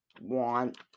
want